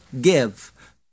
give